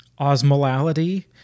osmolality